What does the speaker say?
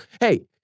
hey